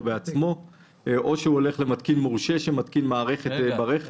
בעצמו או שהוא הולך למתקין מורשה שמתקין מערכת ברכב.